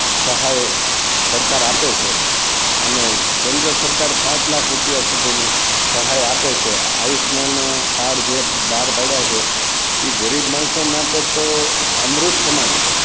સહાય સરકાર આપે છે અને કેન્દ્ર સરકાર પાંચ લાખ રૂપિયા સુધીની સહાય આપે છે આયુષ્માન કાર્ડ જે બહાર પાડ્યા છે એ ગરીબ માણસો માટે તો અમૃતસમાન છે